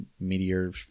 meteor